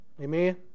Amen